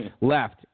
left